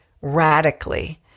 radically